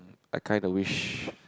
a kind of wish